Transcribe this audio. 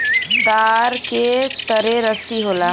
तार के तरे रस्सी होला